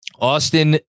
Austin